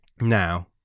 Now